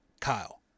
Kyle